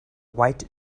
white